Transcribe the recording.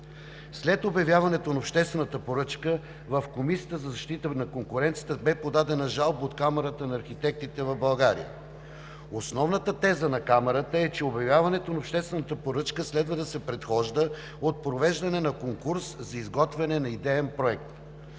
След обявяването на обществената поръчка, в Комисията за защита на конкуренцията бе подадена жалба от Камарата на архитектите в България. Основната теза на Камарата е, че обявяването на обществена поръчка следва да се предхожда от провеждане на конкурс за изготвяне на идеен проект.